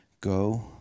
Go